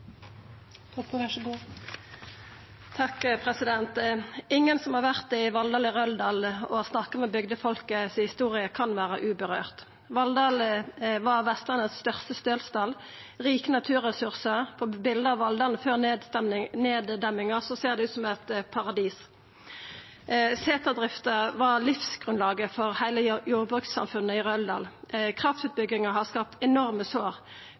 Ingen som har vore i Valldalen i Røldal og har snakka med bygdefolk om historia, kan vera urørte. Valldal var Vestlandets største stølsdal med rike naturressursar. På bilde av Valldalen frå før han var demd ned, ser det ut som eit paradis. Seterdrifta var livsgrunnlaget for heile jordbrukssamfunnet i Røldal. Kraftutbygginga har skapt enorme sår,